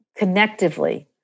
connectively